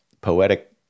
poetic